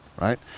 right